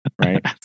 Right